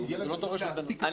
אני